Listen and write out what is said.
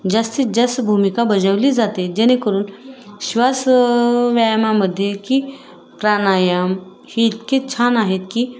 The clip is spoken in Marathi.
जास्तीत जास्त भूमिका बजावली जाते जेणेकरून श्वास व्यायामामध्ये की प्राणायाम ही इतके छान आहेत की